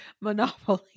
Monopoly